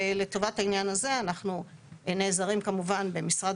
ולטובת העניין הזה אנחנו נעזרים כמובן במשרד